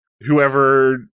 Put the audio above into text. whoever